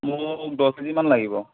মোক দহ কেজি মান লাগিব